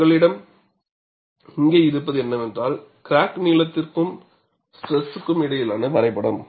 உங்களிடம் இங்கே இருப்பது என்னவென்றால் கிராக் நீளத்திற்கும் ஸ்ட்ரெஸ் இடையிலான வரைபடம்